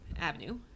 avenue